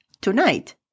tonight